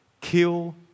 kill